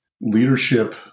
leadership